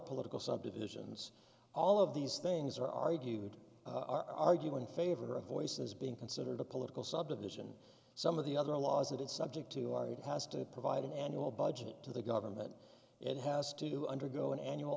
political subdivisions all of these things are argued argue in favor of voices being considered a political subdivision some of the other laws that it's subject to are it has to provide an annual budget to the government it has to undergo an annual